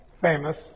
famous